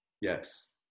Yes